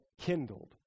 kindled